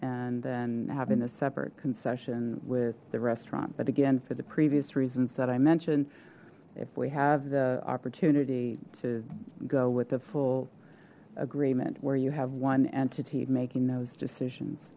and then having a separate concession with the restaurant but again for the previous reasons that i mentioned if we have the opportunity to go with the full agreement where you have one entity making those decisions